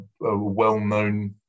well-known